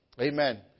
Amen